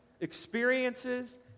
experiences